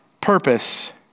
purpose